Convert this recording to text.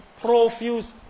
profuse